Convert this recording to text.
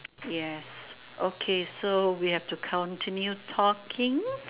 yes okay so we have to continue talking